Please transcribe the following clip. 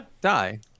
die